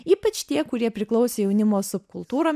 ypač tie kurie priklausė jaunimo subkultūrom